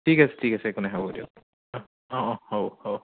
ঠিক আছে ঠিক আছে একো নাই হ'ব দিয়ক অঁ অঁ হ'ব হ'ব